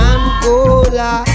Angola